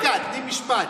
תני משפט.